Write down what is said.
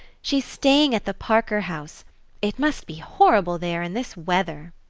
she's staying at the parker house it must be horrible there in this weather.